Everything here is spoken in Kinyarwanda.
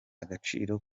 agaciro